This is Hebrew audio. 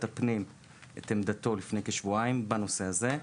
הפנים את עמדתו לפני כשבועיים בנושא הזה,